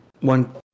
one